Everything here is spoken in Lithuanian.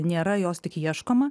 nėra jos tik ieškoma